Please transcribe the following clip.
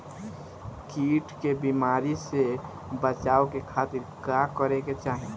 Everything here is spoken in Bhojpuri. कीट के बीमारी से बचाव के खातिर का करे के चाही?